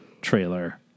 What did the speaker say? trailer